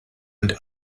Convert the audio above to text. und